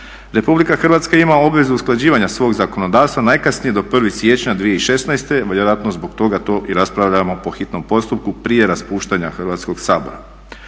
Republika Hrvatska ima obvezu usklađivanja svog zakonodavstva najkasnije do 1. siječnja 2016. vjerojatno zbog toga to i raspravljamo po hitnom postupku prije raspuštanja Hrvatskog sabora.